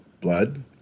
blood